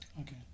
okay